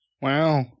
Wow